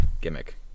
gimmick